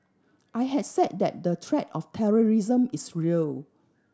I had said that the threat of terrorism is real